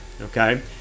Okay